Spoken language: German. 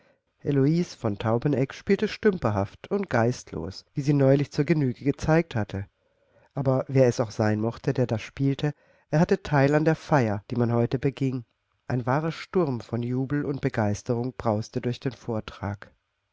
heloise von taubeneck spielte stümperhaft und geistlos wie sie neulich zur genüge gezeigt hatte aber wer es auch sein mochte der da spielte er hatte teil an der feier die man heute beging ein wahrer sturm von jubel und begeisterung brauste durch den vortrag